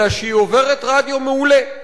אלא שהיא עוברת רדיו מעולה,